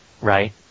Right